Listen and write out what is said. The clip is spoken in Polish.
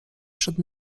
przed